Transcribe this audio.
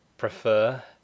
prefer